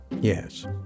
yes